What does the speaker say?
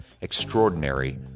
Extraordinary